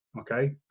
okay